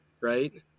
Right